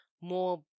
more